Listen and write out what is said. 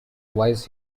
wise